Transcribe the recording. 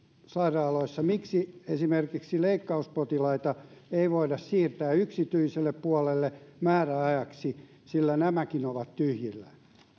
miksi esimerkiksi leikkauspotilaita ei voida siirtää yksityiselle puolelle määräajaksi sillä nämäkin ovat tyhjillään